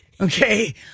Okay